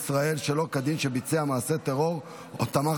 לאזרחים שיש בידם דירת מגורים אחת בלבד ולמתגוררים ביישובי קו העימות,